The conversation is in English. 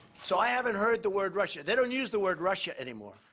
so i haven't heard the word russia. they don't use the word russia anymore.